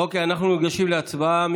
אוקיי, אנחנו ניגשים להצבעה.